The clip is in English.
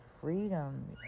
freedom